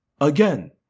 Again